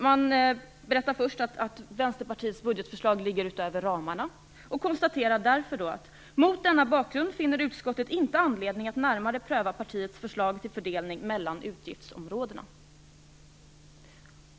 Man berättar först att Vänsterpartiets budgetförslag ligger utöver ramarna och konstaterar därför följande: Mot denna bakgrund finner utskottet inte anledning att närmare pröva partiets förslag till fördelning mellan utgiftsområdena.